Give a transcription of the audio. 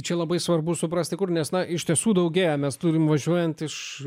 čia labai svarbu suprasti kur nes na iš tiesų daugėja mes turime važiuojant iš